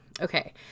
Okay